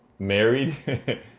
married